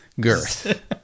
Girth